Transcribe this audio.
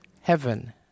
heaven